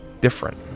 different